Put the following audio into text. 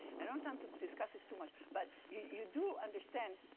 i don't have time to discuss this too much. but you do understand,